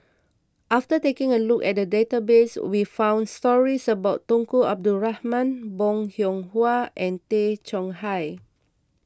after taking a look at the database we found stories about Tunku Abdul Rahman Bong Hiong Hwa and Tay Chong Hai